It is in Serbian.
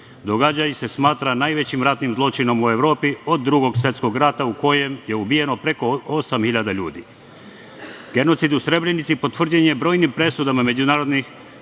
Događaj se smatra najvećim ratnim zločinom u Evropi od Drugog svetskog rata, u kojem je ubijeno preko 8.000 ljudi. Genocid u Srebrenici potvrđen je brojnim presudama međunarodnih